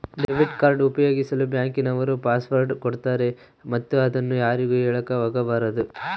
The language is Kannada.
ಡೆಬಿಟ್ ಕಾರ್ಡ್ ಉಪಯೋಗಿಸಲು ಬ್ಯಾಂಕ್ ನವರು ಪಾಸ್ವರ್ಡ್ ಕೊಡ್ತಾರೆ ಮತ್ತು ಅದನ್ನು ಯಾರಿಗೂ ಹೇಳಕ ಒಗಬಾರದು